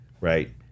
right